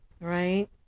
right